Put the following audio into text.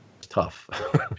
tough